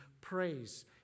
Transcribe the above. praise